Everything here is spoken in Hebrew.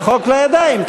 חוק לידיים.